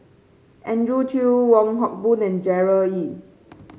Andrew Chew Wong Hock Boon and Gerard Ee